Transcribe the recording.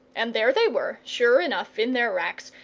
and there they were, sure enough, in their racks,